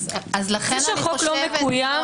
זה שהחוק לא מקוים,